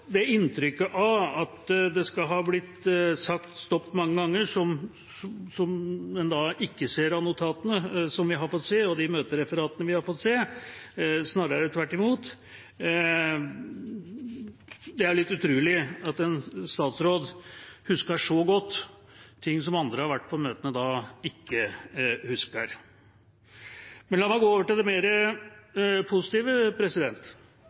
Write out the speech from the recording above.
inntrykket at det skal ha blitt sagt stopp mange ganger, noe en ikke ser av de notatene og møtereferatene vi har fått se, snarere tvert imot. Det er litt utrolig at en statsråd husker så godt ting som andre som har vært på møtene, ikke husker. Men la meg gå over til det mer positive.